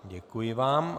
Děkuji vám.